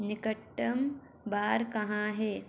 निकटतम बार कहाँ है